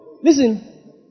Listen